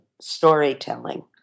storytelling